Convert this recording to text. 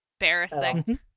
Embarrassing